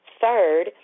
Third